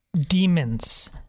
demons